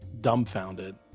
dumbfounded